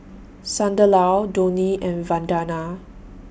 Sunderlal Dhoni and Vandana